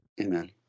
Amen